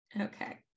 okay